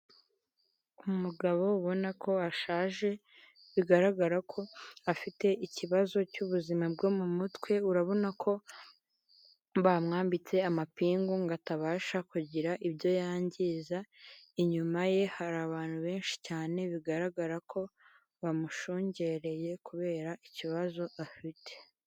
Umugabo ubona ko ashaje, bigaragara ko afite ikibazo cy'ubuzima bwo mu mutwe, urabona ko, bamwambitse amapingu ngo atabasha kugira ibyo yangiza, inyuma ye hari abantu benshi cyane bigaragara ko, bamushungereye kubera ikibazo afite.